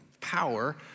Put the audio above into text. power